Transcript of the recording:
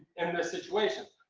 in this situation.